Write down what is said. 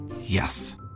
Yes